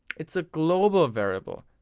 it's a global variable,